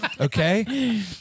Okay